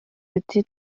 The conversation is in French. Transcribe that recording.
été